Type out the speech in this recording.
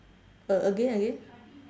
a~ again again